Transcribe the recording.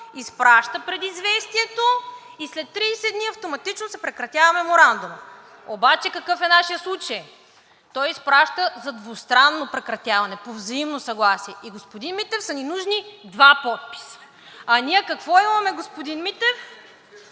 изпраща предизвестието и след 30 дни автоматично се прекратява Меморандумът. Обаче какъв е нашият случай? Той изпраща за двустранно прекратяване, по взаимно съгласие и господин Митев, са ни нужни два подписа. (Показва лист